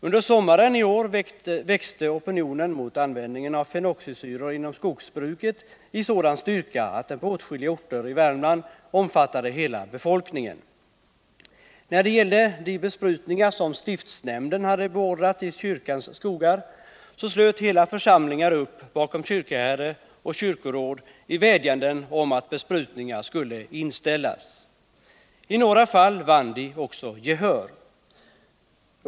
Under sommaren i år växte opinionen mot användningen av fenoxisyror inom skogsbruket i sådan styrka att den på åtskilliga orter i Värmland omfattar hela befolkningen. När det gällde de besprutningar som stiftsnämnden hade beordrat i kyrkans skogar slöt hela församlingar upp bakom kyrkoherde och kyrkoråd i vädjanden om att besprutningar skulle inställas. I några fall vann de gehör.